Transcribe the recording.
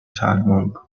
sidewalk